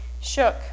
shook